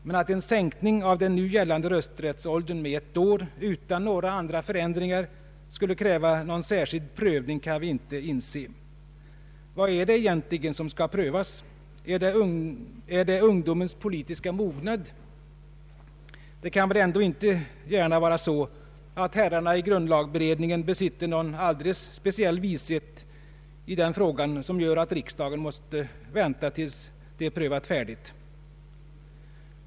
Men att en sänkning av den nu gällande rösträttsåldern med ett år, utan några andra förändringar, skulle kräva en särskild prövning kan vi inte inse. Vad är det egentligen som skall prövas? Är det ungdomens politiska mognad? Det kan väl ändå inte gärna vara så, att herrarna i grundlagberedningen besitter någon alldeles speciell vishet i den frågan, som gör att riksdagen måste vänta tills de prövat färdigt.